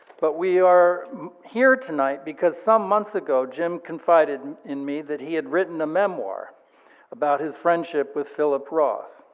but we are here tonight because some months ago, jim confided in me that he had written a memoir about his friendship with philip roth.